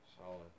Solid